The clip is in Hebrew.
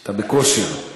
אתה בכושר.